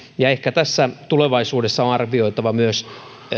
ehkä tulevaisuudessa on arvioitava